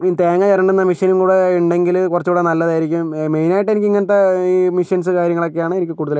തേങ്ങ ചുരണ്ടുന്ന മഷീനും കൂടി ഉണ്ടെങ്കിൽ കുറച്ചും കൂടി നല്ലതായിരിക്കും മെയിനായിട്ട് എനിക്ക് ഇങ്ങനത്തെ ഈ മഷീൻസ് കാര്യങ്ങളൊക്കെയാണ് എനിക്ക് കൂടുതലായിട്ട് എനിക്ക് കൂടുതലായിട്ടും